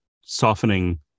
softening